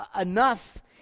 enough